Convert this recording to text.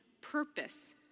purpose